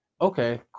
Okay